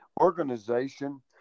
Organization